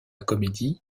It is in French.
comédie